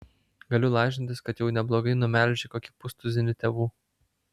galiu lažintis kad jau neblogai numelžei kokį pustuzinį tėvų